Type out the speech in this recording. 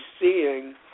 seeing